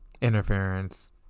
interference